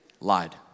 lied